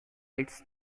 its